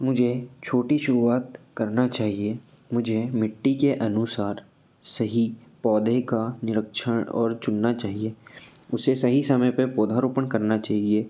मुझे छोटी शुरुआत करना चाहिए मुझे मिट्टी के अनुसार सही पौधे का निरक्षण और चुनना चाहिए उसे सही समय पर पौधा रोपण करना चाहिए